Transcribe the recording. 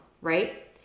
right